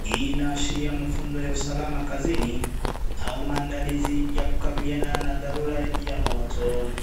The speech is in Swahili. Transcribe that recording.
hii inaashiria mafunzo ya usalama kazini au maandalizi ya kukabiliana na dharura ya moto.